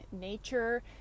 nature